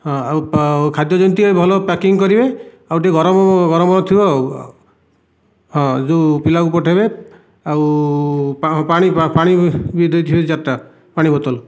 ହଁ ଆଉ ଖାଦ୍ୟ ଯେମିତି ଟିକିଏ ଭଲ ପ୍ୟାକିଂ କରିବେ ଆଉ ଟିକିଏ ଗରମ ରଗମ ଥିବ ଆଉ ହଁ ଯେଉଁ ପିଲାକୁ ପଠେଇବେ ଆଉ ହଁ ପାଣି ବି ଦେଇଥିବେ ଚାରିଟା ପାଣି ବୋତଲ